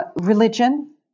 religion